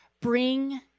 Bring